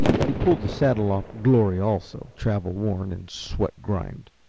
he pulled the saddle off glory, also, travelworn and sweat-grimed,